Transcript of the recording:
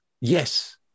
Yes